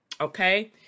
okay